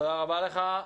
תודה רבה לך.